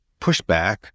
pushback